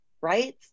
right